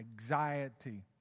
anxiety